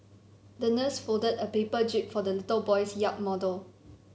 the nurse folded a paper jib for the little boy's yacht model